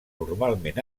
normalment